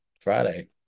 Friday